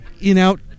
in-out